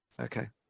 okay